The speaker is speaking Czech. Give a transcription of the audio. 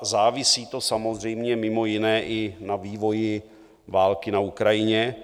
Závisí to samozřejmě mimo jiné i na vývoji války na Ukrajině.